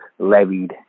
levied